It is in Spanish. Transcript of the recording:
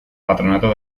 patronato